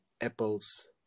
Apple's